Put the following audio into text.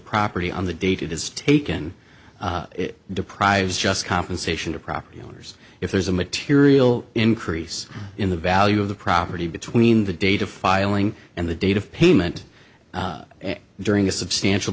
property on the date it is taken it deprives just compensation of property owners if there's a material increase in the value of the property between the data filing and the date of payment during a substantial